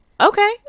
okay